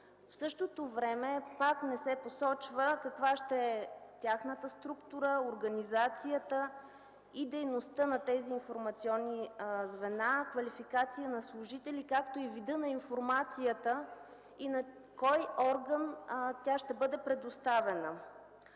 В същото време пак не се посочва каква ще е тяхната структура, организацията и дейността на тези информационни звена, квалификацията на служители, както и видът на информацията и на кой орган тя ще бъде предоставена.